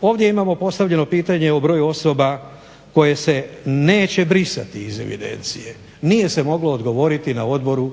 Ovdje imamo postavljeno pitanje o broju osoba koje se neće brisati iz evidencije. Nije se moglo odgovoriti na Odboru